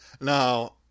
Now